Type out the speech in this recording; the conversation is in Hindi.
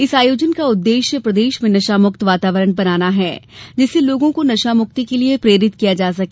इस आयोजन का उद्देश्य प्रदेश में नशामुक्त वातावरण बनाना है जिससे लोगों को नशामुक्ति के लिए प्रेरित किया जा सके